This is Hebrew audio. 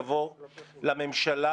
יבוא: "לממשלה,